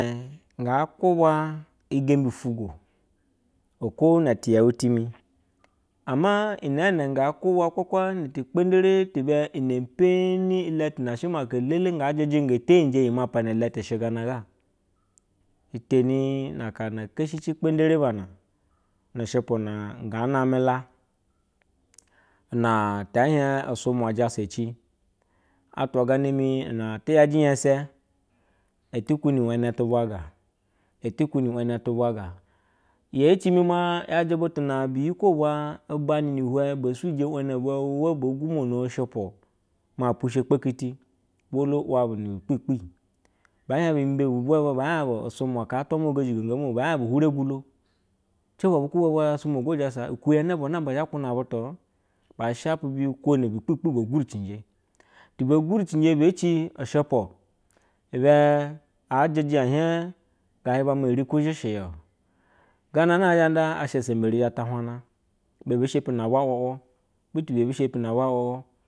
Ga nubwa agembi twogo ko ne tiyen timin, ama inen nga mubwa lerakwa ni gbere tibe ni peni iletyna shema atea elele na fa cinji ge taje ima pana leti shie yanaga iteni na ka keshi ci kpa re ba ru shupu na ny name na ta hie ugumua jasoli atwa gana na ti yaje nyesa, eti huni wene ta bwaga eti huniwene tuvwa bitiwo bwala bane mu huce bo shupu ma pushe kpateti volo wabu ne bi gbegbe, hie bu mbe buve babe hie bu usumug atka mna ego zhi na wa be hie be hare gulo leba a hube ba sumna go jasa i uliyena aba namba zhe kuno butu re ba shape buyiko ne bi gbigni be guvi cije ti be yure cibu beci ushupu ibe ejeje hie aluba ma rikwi zheshe ya, gana azhanda asha esembera zata ibe shepina bua munna butu bu yashi she na vwa wuwu